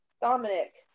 Dominic